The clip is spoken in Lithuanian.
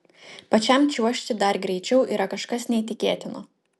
pačiam čiuožti dar greičiau yra kažkas neįtikėtino